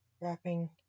wrapping